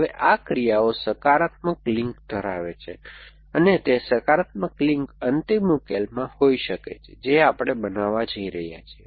હવે આ ક્રિયાઓ સકારાત્મક લિંક્સ ધરાવે છે અને તે સકારાત્મક લિંક્સ અંતિમ ઉકેલમાં હોઈ શકે છે જે આપણે બનાવવા જઈ રહ્યા છીએ